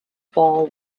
ball